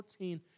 14